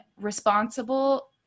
responsible